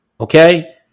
okay